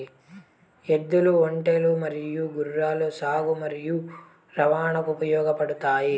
ఎద్దులు, ఒంటెలు మరియు గుర్రాలు సాగు మరియు రవాణాకు ఉపయోగపడుతాయి